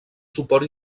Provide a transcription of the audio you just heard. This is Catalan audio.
suport